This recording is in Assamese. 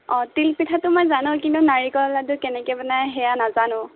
অঁ তিলপিঠাটো মই জানো কিন্তু নাৰিকলৰ লাডু কেনেকে বনাই সেয়া নাজানো